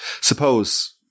Suppose